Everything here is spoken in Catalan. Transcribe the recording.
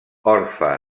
orfe